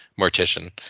mortician